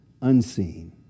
unseen